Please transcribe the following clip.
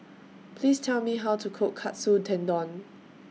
Please Tell Me How to Cook Katsu Tendon